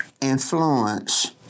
influence